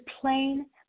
plain